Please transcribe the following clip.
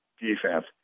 defense